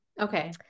Okay